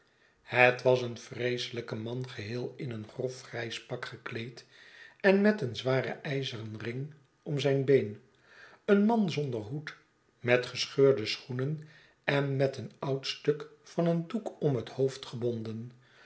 het was een vreeselijk man geheel in een grof grijs pak gekleed en met een z waren ijzeren ring om zijn been een man zonder hoed met gescheurde schoenen en met een oud stuk van een doek om het hoofd gebonden